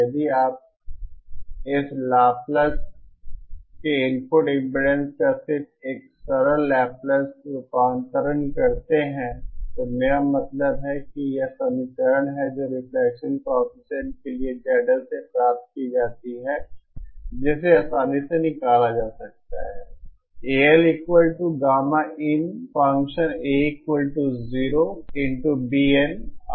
यदि आप इस लाप्लास के इनपुट इंपेडेंस का सिर्फ एक सरल लैप्लस रूपांतरण करते हैं तो मेरा मतलब है कि यह समीकरण है जो रिफ्लेक्शन कॉएफिशिएंट के लिए ZL से प्राप्त की जाती है जिसे आसानी से निकाला जा सकता है